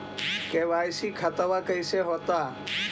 KYC खतबा कैसे होता?